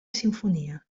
simfonia